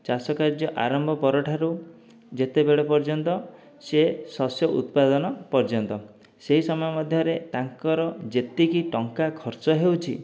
ଚାଷକାର୍ଯ୍ୟ ଆରମ୍ଭ ପରଠାରୁ ଯେତେବେଳେ ପର୍ଯ୍ୟନ୍ତ ସିଏ ଶସ୍ୟ ଉତ୍ପାଦନ ପର୍ଯ୍ୟନ୍ତ ସେହି ସମୟ ମଧ୍ୟରେ ତାଙ୍କର ଯେତିକି ଟଙ୍କା ଖର୍ଚ୍ଚ ହେଉଛି